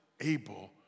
Able